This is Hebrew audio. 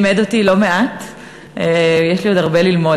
החוק הראשון